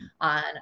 on